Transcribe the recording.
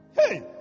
hey